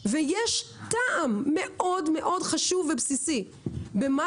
ויש טעם מאוד-מאוד חשוב ובסיסי במה